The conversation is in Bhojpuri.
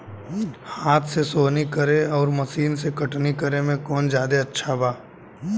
हाथ से सोहनी करे आउर मशीन से कटनी करे मे कौन जादे अच्छा बा?